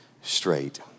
straight